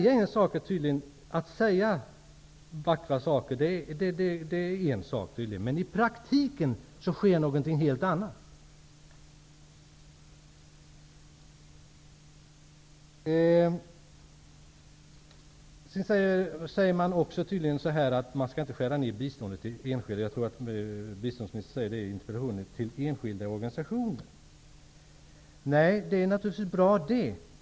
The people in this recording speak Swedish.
Att säga vackra saker är tydligen en sak, men i praktiken sker något helt annat. Sedan tror jag att biståndsministern säger i interpellationssvaret att man inte skall skära ner biståndet till enskilda organisationer. Det är naturligtvis bra.